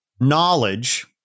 knowledge